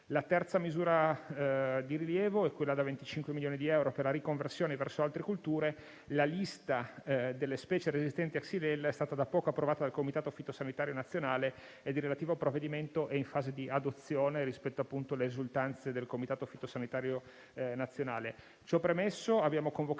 La terza misura di rilievo è quella da 25 milioni di euro per la riconversione verso altre colture. La lista delle specie resistenti a xylella è stata da poco approvata dal Comitato fitosanitario nazionale e il relativo provvedimento è in fase di adozione rispetto alle risultanze del Comitato stesso. Ciò premesso, abbiamo convocato